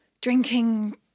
drinking